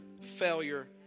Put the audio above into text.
failure